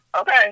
okay